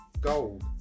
gold